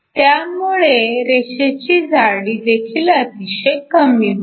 ह्यामुळे रेषेची जाडी देखील अतिशय कमी होते